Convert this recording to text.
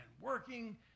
working